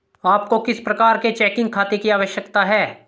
आपको किस प्रकार के चेकिंग खाते की आवश्यकता है?